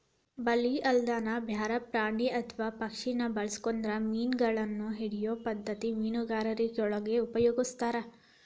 ಬಲಿ ಅಲ್ಲದನ ಬ್ಯಾರೆ ಪ್ರಾಣಿ ಅತ್ವಾ ಪಕ್ಷಿನ ಬಳಸ್ಕೊಂಡು ಮೇನಗಳನ್ನ ಹಿಡಿಯೋ ಪದ್ಧತಿ ಮೇನುಗಾರಿಕೆಯೊಳಗ ಉಪಯೊಗಸ್ತಾರ